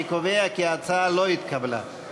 אני קובע כי ההצעה לא התקבלה.